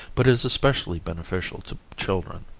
but is especially beneficial to children.